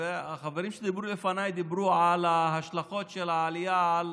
החברים שדיברו לפניי דיברו על ההשלכות של העלייה על